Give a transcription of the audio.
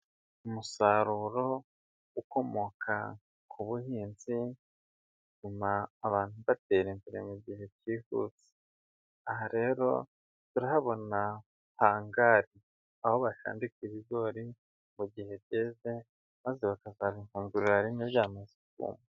Umusaruro ukomoka ku buhinzi, utuma abantu batera imbere mu gihe kihuse, aha rero turahabona hangari, aho bashandika ibigori mu gihe byeze, maze bakazabihungurira byamaze kuma.